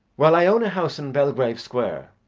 well, i own a house in belgrave square,